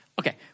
okay